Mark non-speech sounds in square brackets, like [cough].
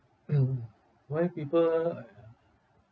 [noise] why people !aiya!